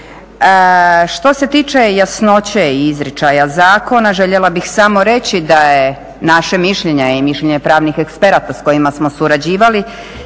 Što se tiče jasnoće i izričaja zakona, željela bih samo reći da je naše mišljenje i mišljenje pravnih eksperata s kojima smo surađivali,